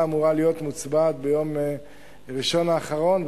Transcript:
אמורה לעלות להצבעה ביום ראשון האחרון,